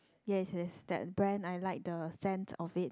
yes yes that brand I like the scent of it